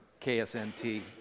KSNT